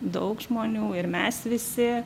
daug žmonių ir mes visi